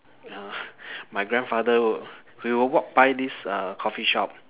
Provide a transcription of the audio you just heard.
uh my grandfather would we will walk by this uh coffee shop